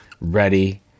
ready